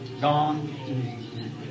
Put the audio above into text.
gone